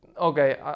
okay